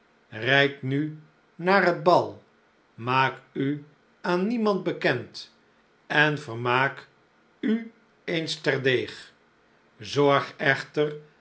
rijd nu naar het bal maak u aan niemand bekend en vermaak u eens ter deeg zorg echter